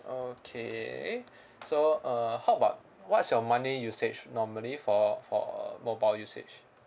okay so uh how about what's your monthly usage normally for for uh mobile usage